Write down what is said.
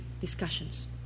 discussions